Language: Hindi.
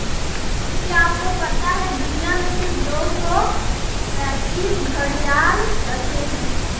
क्या आपको पता है दुनिया में सिर्फ दो सौ पैंतीस घड़ियाल बचे है?